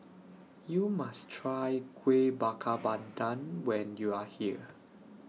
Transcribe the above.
YOU must Try Kuih Bakar Pandan when YOU Are here